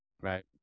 Right